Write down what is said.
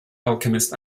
alchemist